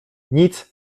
nic